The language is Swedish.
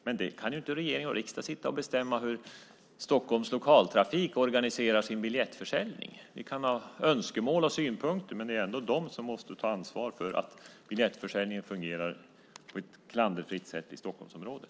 Men regering och riksdag kan inte sitta och bestämma hur Storstockholms Lokaltrafik organiserar sin biljettförsäljning. Man kan ha önskemål och synpunkter. Men det är ändå det som måste ta ansvar för att biljettförsäljningen fungerar på ett klanderfritt sätt i Stockholmsområdet.